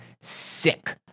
sick